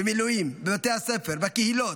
במילואים, בבתי הספר, בקהילות,